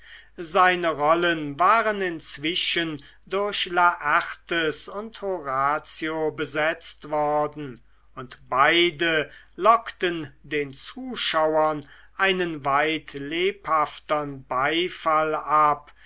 seine rollen waren inzwischen durch laertes und horatio besetzt worden und beide lockten den zuschauern einen weit lebhafteren beifall ab